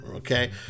Okay